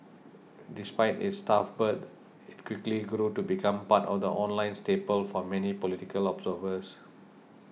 despite its tough birth it quickly grew to become part of the online staple for many political observers